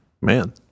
Man